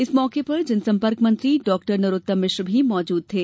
इस मौके पर जनसंपर्क मंत्री नरोतम मिश्रा भी मौजूद थे